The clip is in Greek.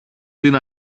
την